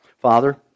Father